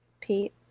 Pete